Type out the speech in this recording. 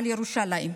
על ירושלים.